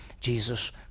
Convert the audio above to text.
Jesus